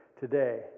today